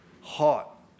hot